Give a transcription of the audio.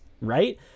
right